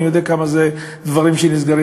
אני יודע כמה דברים שנסגרים,